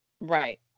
Right